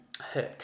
Hook